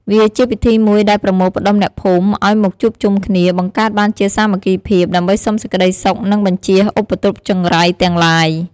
វាជាពិធីមួយដែលប្រមូលផ្ដុំអ្នកភូមិ ឲ្យមកជួបជុំគ្នា បង្កើតបានជាសាមគ្គីភាព ដើម្បីសុំសេចក្តីសុខនិងបញ្ជៀសឧបទ្រពចង្រៃទាំងឡាយ។